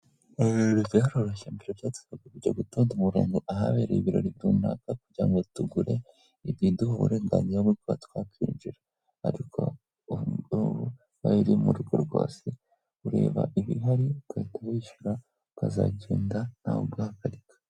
Ibirori byaroroshye mbere byatufaga kujya gutonda umurongo ahabereye ibirori runaka kugira ngo tugure ibiduha uburenganzira bwo kuba twakinjira ariko bari mu rugo rwose ureba ibihari u ukahita wishyura ukazagenda ntaguhagarika.